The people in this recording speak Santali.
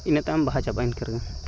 ᱤᱱᱟᱹ ᱛᱟᱭᱚᱢ ᱵᱟᱦᱟ ᱪᱟᱵᱟᱜᱼᱟ ᱤᱱᱠᱟᱹᱨᱮᱜᱮ